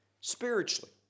spiritually